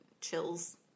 Chills